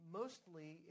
mostly